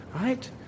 Right